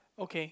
okay